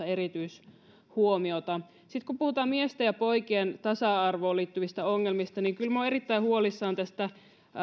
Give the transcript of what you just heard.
erityishuomiota sitten kun puhutaan miesten ja poikien tasa arvoon liittyvistä ongelmista niin kyllä minä olen erittäin huolissani tästä